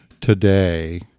today